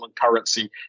currency